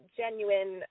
genuine